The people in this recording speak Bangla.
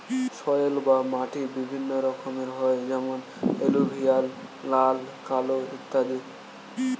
সয়েল বা মাটি বিভিন্ন রকমের হয় যেমন এলুভিয়াল, লাল, কালো ইত্যাদি